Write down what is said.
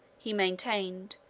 he maintained,